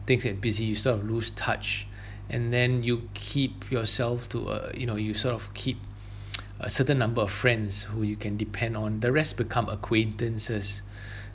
things get busy you sort of lose touch and then you keep yourself to uh you know you sort of keep a certain number of friends who you can depend on the rest become acquaintances